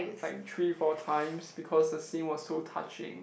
like three four times because the scene was so touching